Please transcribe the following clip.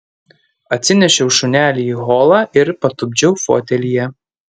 atsinešiau šunelį į holą ir patupdžiau fotelyje